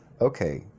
Okay